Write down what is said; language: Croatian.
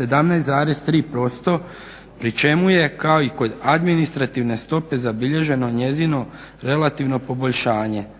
17,3% pri čemu je kao i kod administrativne stope zabilježeno njezino relativno poboljšanje